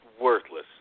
worthless